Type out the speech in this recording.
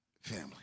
family